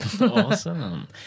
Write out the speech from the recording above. Awesome